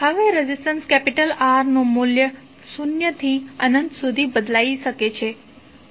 હવે resistance R નું મૂલ્ય શૂન્યથી અનંત સુધી બદલાઈ શકે છે